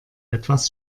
etwas